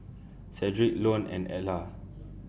Shedrick Lone and Edla